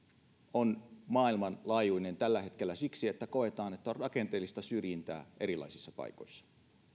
on maailmanlaajuinen tällä hetkellä siksi että koetaan että on rakenteellista syrjintää erilaisissa paikoissa